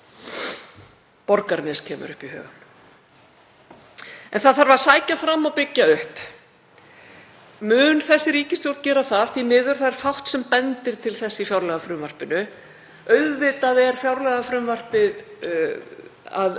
Borgarnes kemur upp í hugann. — En það þarf að sækja fram og byggja upp. Mun þessi ríkisstjórn gera það? Því miður er fátt sem bendir til þess í fjárlagafrumvarpinu. Auðvitað á fjárlagafrumvarpið að